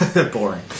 boring